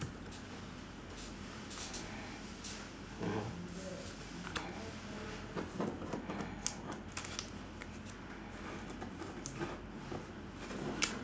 mmhmm